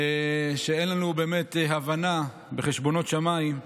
אין לנו באמת הבנה בחשבונות שמיים,